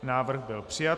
Návrh byl přijat.